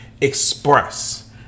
express